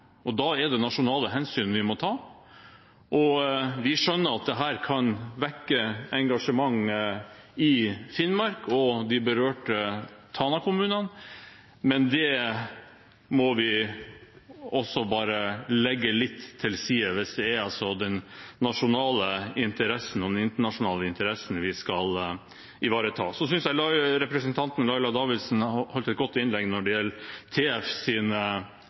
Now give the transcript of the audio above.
og da må vi ta nasjonale hensyn. Vi skjønner at dette kan vekke engasjement i Finnmark og i de berørte Tana-kommunene, men det må vi legge litt til side hvis det er de nasjonale og de internasjonale interessene vi skal ivareta. Jeg synes representanten Laila Davidsen holdt et godt innlegg når det gjelder